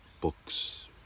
books